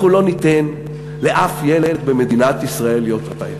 אנחנו לא ניתן לאף ילד במדינת ישראל להיות רעב.